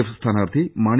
F സ്ഥാനാർത്ഥി മാണി